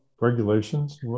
regulations